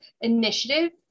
Initiative